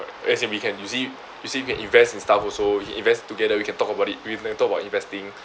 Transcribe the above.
as in we can use it we still can invest in stuff also we can invest together we can talk about it we can talk about investing